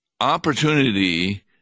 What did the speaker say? opportunity